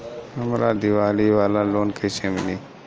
हमरा दीवाली वाला लोन कईसे मिली?